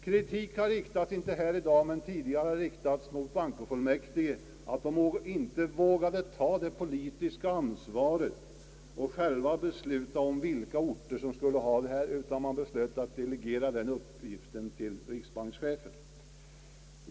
Kritik har riktats, inte här i dag men tidigare, mot bankofullmäktige för att de inte vågade ta det politiska ansvaret och själva besluta om vilka orter som skulle få del av bostadslånen utan beslöt att delegera den uppgiften till riksbankschefen.